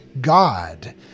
God